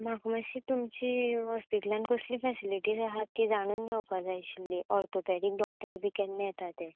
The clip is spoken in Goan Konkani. म्हाका मात्शी तुमची हॉस्पिटलान कसली फॅसिलीटीज आसा तीं जाणून घेवपा जाय आसली ऑर्थोपॅडीक डॉक्टर बी केन्ना येतात तें